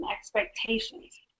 expectations